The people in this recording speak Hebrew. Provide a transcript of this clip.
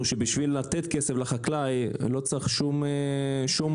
שבשביל לתת כסף לחקלאי לא צריך שום תקציב,